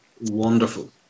wonderful